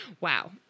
Wow